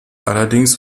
allerdings